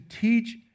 teach